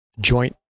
joint